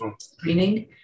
screening